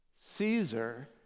Caesar